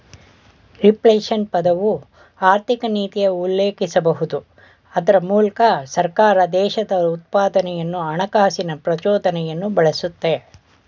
reflation ಪದವು ಆರ್ಥಿಕನೀತಿಯ ಉಲ್ಲೇಖಿಸಬಹುದು ಅದ್ರ ಮೂಲಕ ಸರ್ಕಾರ ದೇಶದ ಉತ್ಪಾದನೆಯನ್ನು ಹಣಕಾಸಿನ ಪ್ರಚೋದನೆಯನ್ನು ಬಳಸುತ್ತೆ